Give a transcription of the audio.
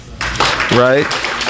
Right